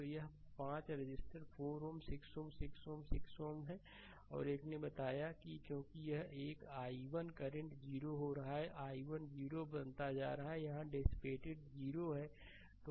तो यह 5 रेसिस्टर4 Ω 6 Ω 6 Ω 6 Ω हैं और एक ने बताया कि क्योंकि यह i1 करंट 0 हो रहा है i1 0 बनता जा रहा है यहाँ डेसीपेटेड 0 है